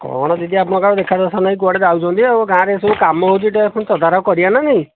କ'ଣ ଦିଦି ଆପଣଙ୍କ ଆଉ ଦେଖା ଦର୍ଶନ ନାହିଁ କୁଆଡ଼େ ଯାଉଛନ୍ତି ଆଉ ଗାଁ ରେ ଟିକେ କାମ ହେଉଛି ତାକୁ ତଦାରଖ କରିଆ ନା ନାହିଁ